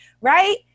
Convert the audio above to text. right